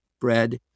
bread